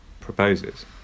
proposes